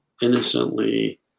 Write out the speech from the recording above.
innocently